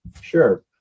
Sure